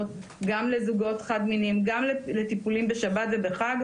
וגם לזוגות חד מיניים וגם לטיפולים בשבת ובחג.